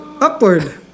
upward